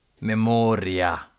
Memoria